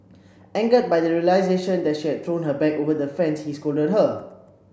angered by the realisation that she had thrown her bag over the fence he scolded her